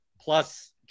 plus